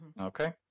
Okay